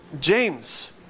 James